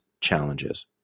challenges